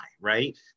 right